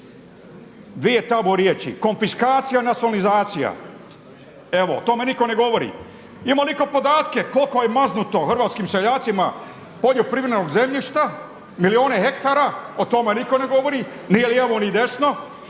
dvije tabu riječi, konfiskacija, …/Govornik se ne razumije./…? Evo o tome nitko ne govori. Ima li itko podatke koliko je maznuto hrvatskim seljacima poljoprivrednog zemljišta, milijune hektara, o tome nitko ne govori, ni lijevo ni desno